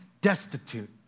destitute